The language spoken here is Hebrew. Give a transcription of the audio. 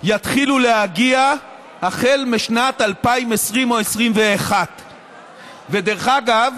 יתחילו להגיע החל משנת 2020 או 2021. דרך אגב,